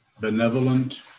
benevolent